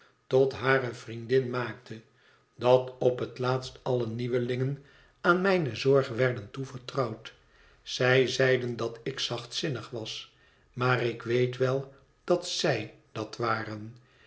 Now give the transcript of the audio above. tot hare vriendin maakte dat op het laatst alle nieuwelingen aan mijne zorg werden toevertrouwd zij zeiden dat ik zachtzinnig was maar ik weet wel dat z ij dat waren